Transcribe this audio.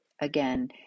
again